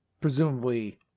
presumably